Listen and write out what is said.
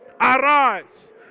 arise